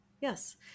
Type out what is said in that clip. Yes